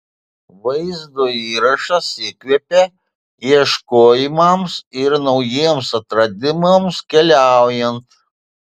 vaizdo įrašas įkvepia ieškojimams ir naujiems atradimams keliaujant